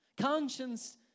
Conscience